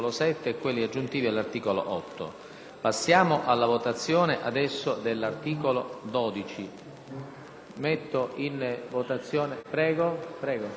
Passiamo alla votazione dell'articolo 12,